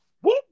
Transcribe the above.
Whoop